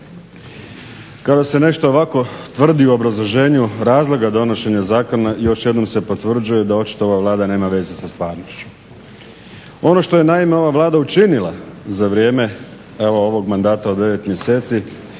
Kada se nešto ovako tvrdi u obrazloženju razloga donošenja zakona još jednom se potvrđuje da očito ova Vlada nema veze sa stvarnošću. Ono što je naime ova Vlada učinila za vrijeme evo ovog mandata od 9 mjeseci